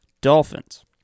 dolphins